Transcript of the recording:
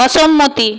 অসম্মতি